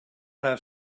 have